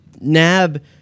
nab